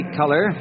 color